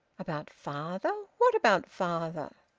about father? what about father?